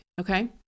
Okay